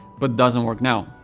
but doesn't work now.